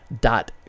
dot